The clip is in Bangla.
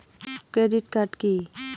Credit card key?